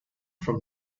from